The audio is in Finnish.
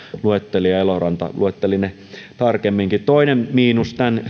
luettelin ja eloranta luetteli ne tarkemminkin toinen miinus